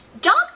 dogs